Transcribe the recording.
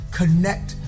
connect